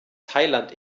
thailand